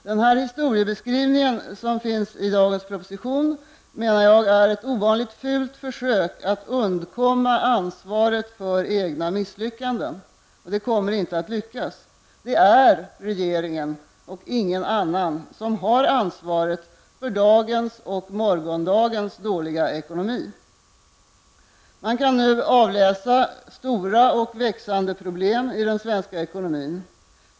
Denna historiebeskrivning som framkommer i dagens proposition är ett ovanligt fult försök att undkomma ansvaret för egna misslyckanden. Det kommer inte att lyckas. Det är regeringen och ingen annan som har ansvaret för dagens och morgondagens dåliga ekonomi. Man kan nu avläsa stora och växande problem i den svenska ekonomin.